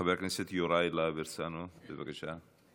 חבר הכנסת יוראי להב הרצנו, בבקשה.